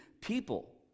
people